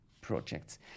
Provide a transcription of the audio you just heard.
projects